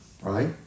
right